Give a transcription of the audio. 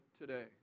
today